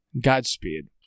Godspeed